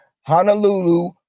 Honolulu